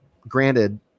Granted